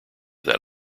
that